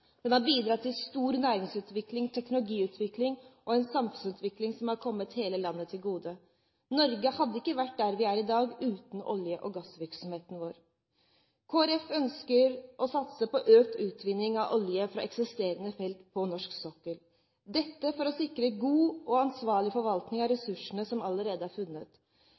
den har bidratt til næringsutvikling, teknologiutvikling og samfunnsutvikling som har kommet hele landet til gode. Norge hadde ikke vært der vi er i dag uten olje- og gassvirksomheten vår. Kristelig Folkeparti ønsker å satse på økt utvinning av olje fra eksisterende felt på norsk sokkel for å sikre god og ansvarlig forvaltning av ressursene som allerede er funnet.